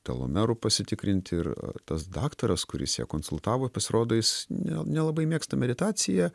telomerų pasitikrinti ir tas daktaras kuris ją konsultavo pasirodo jis ne nelabai mėgsta meditaciją